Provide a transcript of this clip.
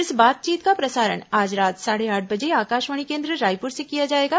इस बातचीत का प्रसारण आज रात साढ़े आठ बजे आकाशवाणी केन्द्र रायपुर से किया जाएगा